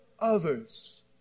others